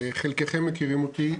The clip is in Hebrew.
חלקכם מכירים אותי.